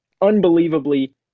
unbelievably